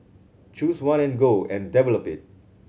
choose one and go and it